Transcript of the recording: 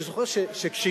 אני זוכר שכשהיא,